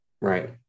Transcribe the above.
Right